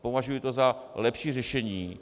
Považuji to za lepší řešení.